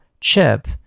Chip